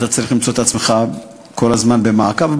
ואתה צריך למצוא את עצמך כל הזמן במעקב,